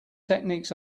techniques